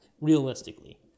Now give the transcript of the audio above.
realistically